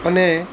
અને